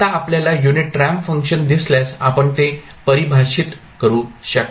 आता आपल्याला unit ramp function दिसल्यास आपण ते परिभाषित करू शकता